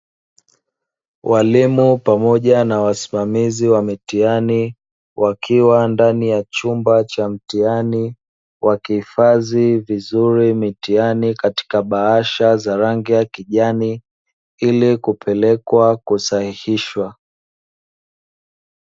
Walimu pamoja na wasimamizi wa mitihani, wakiwa ndani ya chumba cha mtihani, wakihifadhi vizuri mitihani katika bahasha za rangi ya kijani ili kupelekwa kusahihishwa.